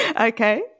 okay